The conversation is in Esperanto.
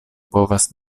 povas